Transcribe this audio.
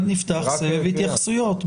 סבב התייחסויות.